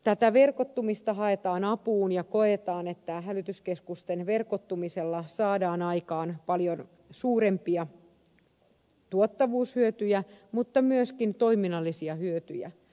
tätä verkottumista haetaan apuun ja koetaan että hälytyskeskusten verkottumisella saadaan aikaan paljon suurempia tuottavuushyötyjä mutta myöskin toiminnallisia hyötyjä